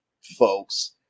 folks